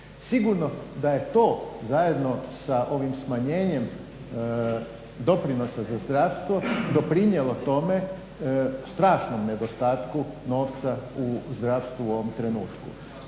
Sigurno da je to zajedno sa ovim smanjenjem doprinosa za zdravstvo doprinijelo tome, strašnom nedostatku novca u zdravstvu u ovom trenutku.